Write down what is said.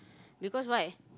because why